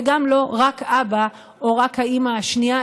וגם לא רק אבא או רק האימא השנייה,